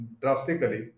drastically